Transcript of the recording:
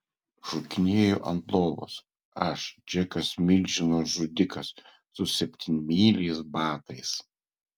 šokinėju ant lovos aš džekas milžino žudikas su septynmyliais batais